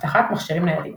אבטחת מכשירים ניידים